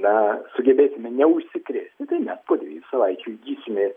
na sugebėsime neužsikrėsti tai mes po dviejų savaičių įgysime